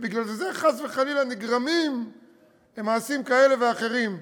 שבגלל זה חס וחלילה נגרמים מעשים כאלה ואחרים,